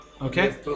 Okay